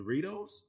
Doritos